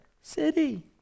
city